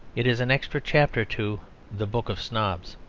it is an extra chapter to the book of snobs.